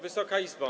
Wysoka Izbo!